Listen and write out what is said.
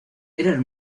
eran